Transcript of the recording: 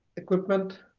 equipment